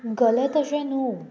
गलत अशें न्हू